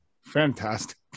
fantastic